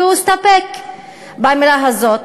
והסתפק באמירה הזאת,